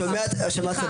אני שומע את הדברים,